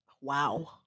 Wow